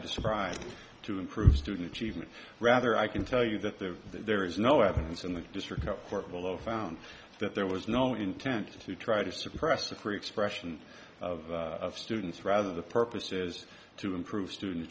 described to improve student achievement rather i can tell you that the there is no evidence in the district court below found that there was no intent to try to suppress the free expression of students rather the purpose is to improve student